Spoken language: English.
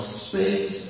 space